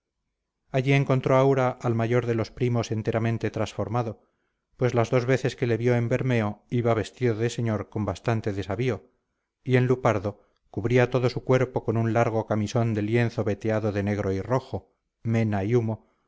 allí encontró aura al mayor de los primos enteramente transformado pues las dos veces que le vio en bermeo iba vestido de señor con bastante desavío y en lupardo cubría todo su cuerpo con un largo camisón de lienzo veteado de negro y rojo mena y humo